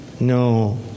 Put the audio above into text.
no